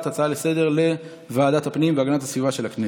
הצעה לסדר-היום לוועדת הפנים והגנת הסביבה של הכנסת.